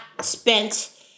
spent